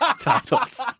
titles